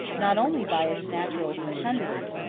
not only by its natural fecundity,